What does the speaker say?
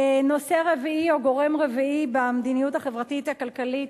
נושא רביעי או גורם רביעי במדיניות החברתית הכלכלית,